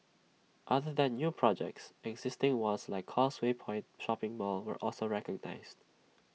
other than new projects existing ones like causeway point shopping mall were also recognised